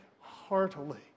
heartily